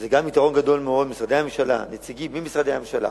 זה גם יתרון גדול מאוד: נציגים ממשרדי הממשלה